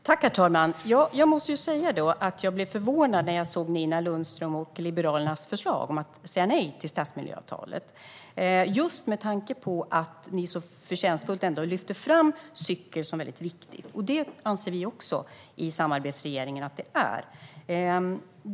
Herr talman! Jag blev förvånad när jag såg Liberalernas förslag att säga nej till stadsmiljöavtalet, just med tanke på att ni så förtjänstfullt lyfter fram cyklingen som mycket viktig. Samarbetsregeringen anser också att cyklingen är viktig.